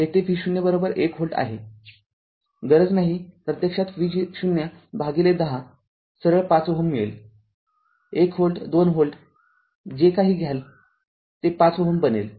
येथे V0१ व्होल्ट आहेगरज नाही प्रत्यक्षात V0भागिले १० सरळ ५ Ω मिळेल१ व्होल्ट२ व्होल्ट जे काही घ्यालते ५ Ω बनेल